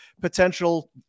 potential